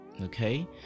okay